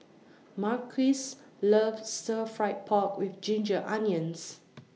Marquis loves Stir Fried Pork with Ginger Onions